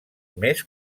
més